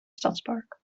stadspark